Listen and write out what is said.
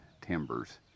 timbers